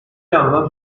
yandan